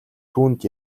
түүнд